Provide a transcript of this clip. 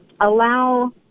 allow